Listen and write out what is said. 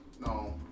No